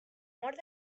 mort